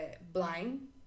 blind